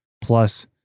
Plus